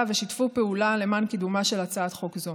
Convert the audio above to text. ושיתפו פעולה למען קידומה של הצעת חוק זו.